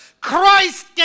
Christ